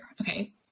okay